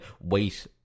wait